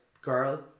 girl